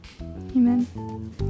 Amen